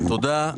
תודה.